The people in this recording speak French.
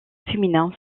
féminin